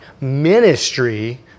ministry